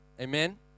Amen